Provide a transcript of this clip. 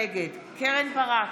נגד קרן ברק,